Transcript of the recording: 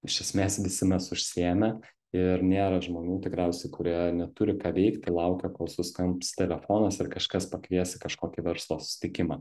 iš esmės visi mes užsiėmę ir nėra žmonių tikriausiai kurie neturi ką veikti laukia kol suskambs telefonas ir kažkas pakvies į kažkokį verslo susitikimą